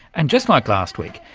and just like last week,